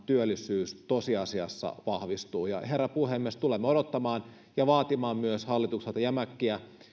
työllisyys tosiasiassa vahvistuu herra puhemies tulemme odottamaan ja vaatimaan myös hallitukselta jämäköitä